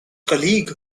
colleague